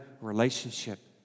relationship